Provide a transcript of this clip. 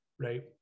right